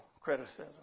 criticism